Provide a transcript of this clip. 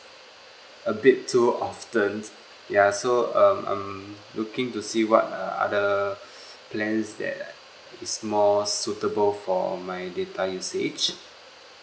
a bit too often ya so um I'm looking to see what uh other plans that is more suitable for my data usage